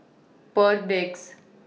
Perdix